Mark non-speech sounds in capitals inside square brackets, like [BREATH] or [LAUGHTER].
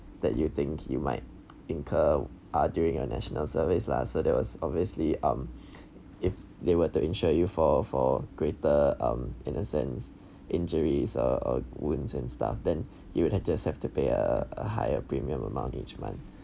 that you think you might incur uh during a national service lah so there was obviously um [BREATH] if they were to insure you for for greater um in a sense injuries uh uh wounds and stuff then you would have just have to pay a a higher premium amount each month